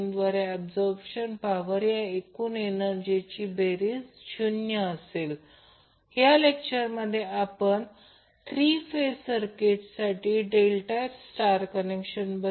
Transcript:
आता जर येथे KCL लागू केले तर ते i n Ia Ib i c 0 असेल याचा अर्थ असा आहे की i n Ia Ib i c येथे लिहिलेले असेल